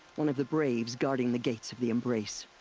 one of the braves guarding the gates of the embrace.